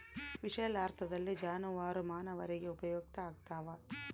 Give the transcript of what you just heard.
ವಿಶಾಲಾರ್ಥದಲ್ಲಿ ಜಾನುವಾರು ಮಾನವರಿಗೆ ಉಪಯುಕ್ತ ಆಗ್ತಾವ